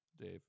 Dave